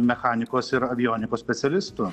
mechanikos ir avionikos specialistų